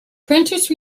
prentice